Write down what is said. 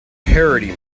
parody